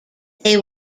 they